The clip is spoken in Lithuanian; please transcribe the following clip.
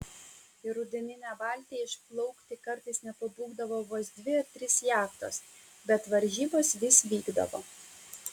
į rudeninę baltiją išplaukti kartais nepabūgdavo vos dvi ar trys jachtos bet varžybos vis vykdavo